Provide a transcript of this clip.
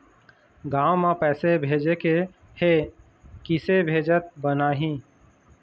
गांव म पैसे भेजेके हे, किसे भेजत बनाहि?